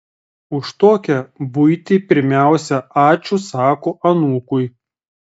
už tokią buitį pirmiausia ačiū sako anūkui